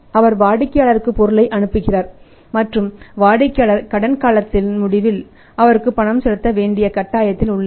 அவர் வாடிக்கையாளருக்கு பொருளை அனுப்புகிறார் மற்றும் வாடிக்கையாளர் கடன் காலத்தின் முடிவில் அவருக்கு பணம் செலுத்த வேண்டிய கட்டாயத்தில் உள்ளார்